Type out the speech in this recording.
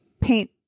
paint